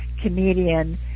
comedian